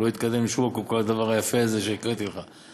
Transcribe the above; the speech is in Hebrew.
לא יתקדם לשום מקום כל הדבר היפה הזה שהקראתי לך.